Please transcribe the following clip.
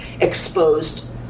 exposed